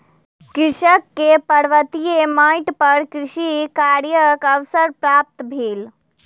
कृषक के पर्वतीय माइट पर कृषि कार्यक अवसर प्राप्त भेल